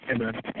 Amen